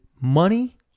Money